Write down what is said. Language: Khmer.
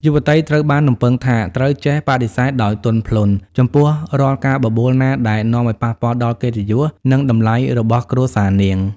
យុវតីត្រូវបានរំពឹងថា ត្រូវចេះ "បដិសេធដោយទន់ភ្លន់" ចំពោះរាល់ការបបួលណាដែលនាំឱ្យប៉ះពាល់ដល់កិត្តិយស និងតម្លៃរបស់គ្រួសារនាង។